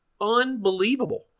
unbelievable